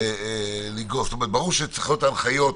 זאת אומרת שברור שצריכות להיות הנחיות